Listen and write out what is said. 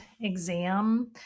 exam